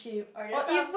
or they are some